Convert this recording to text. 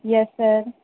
yes sir